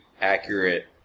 accurate